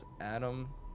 Adam